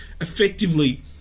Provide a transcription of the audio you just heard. effectively